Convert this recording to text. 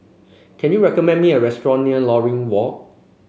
can you recommend me a restaurant near Lornie Walk